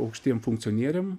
aukštiem funkcionieriam